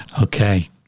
Okay